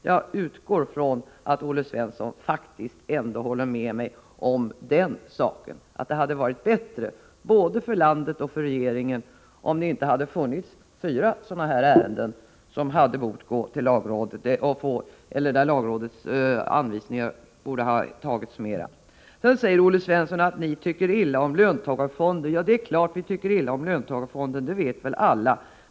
Jag utgår faktiskt från att Olle Svensson ändå håller med mig om den saken, att det hade varit bättre både för landet och för regeringen om det inte hade funnits fyra sådana här ärenden där lagrådets invändningar borde ha tagits mera på allvar. 2 Olle Svensson säger: Ni tycker illa om löntagarfonder. Ja, det är klart att vi tycker illa om löntagarfonder! Det vet väl alla.